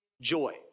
joy